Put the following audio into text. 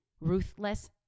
Ruthless